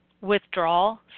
withdrawal